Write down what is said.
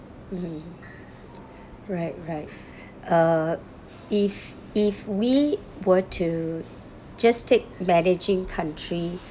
mm right right uh if if we were to just take managing country